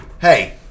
hey